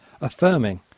affirming